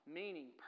meaning